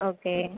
okay